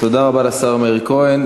תודה רבה לשר מאיר כהן.